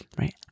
Right